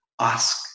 ask